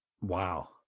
Wow